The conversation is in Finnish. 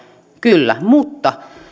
kyllä mutta